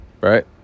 Right